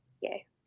yay